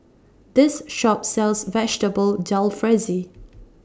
This Shop sells Vegetable Jalfrezi